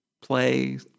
play